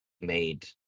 made